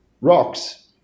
rocks